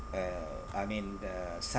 uh I mean the